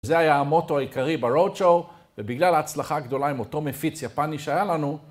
זה היה המוטו העיקרי ברודשואו ובגלל ההצלחה הגדולה עם אותו מפיץ יפני שהיה לנו